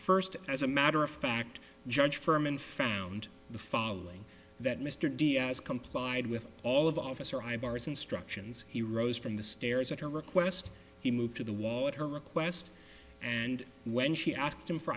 first as a matter of fact judge firm and found the following that mr diaz complied with all of officer high bars instructions he rose from the stairs at her request he moved to the wall at her request and when she asked him for